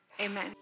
amen